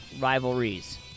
rivalries